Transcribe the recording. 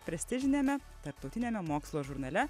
prestižiniame tarptautiniame mokslo žurnale